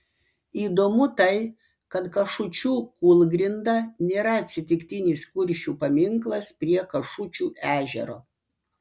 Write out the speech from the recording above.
įdomu tai kad kašučių kūlgrinda nėra atsitiktinis kuršių paminklas prie kašučių ežero